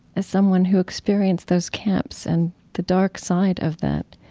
as someone who experienced those camps and the dark side of that,